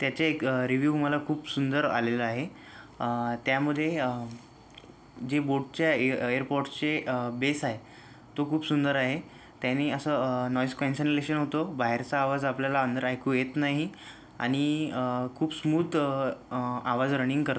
त्याचे एक रिव्ह्यू मला खूप सुंदर आलेला आहे त्यामध्ये जे बोटच्या एयर पॉडचे बेस आहे तो खूप सुंदर आहे त्याने असं नॉईस कॅन्सलेशन होतं बाहेरचा आवाज आपल्याला अंदर ऐकू येत नाही आणि खूप स्मूथ आवाज रनिंग करतो